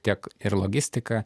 tiek ir logistika